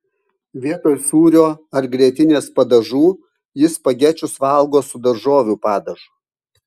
vietoj sūrio ar grietinės padažų ji spagečius valgo su daržovių padažu